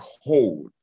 hold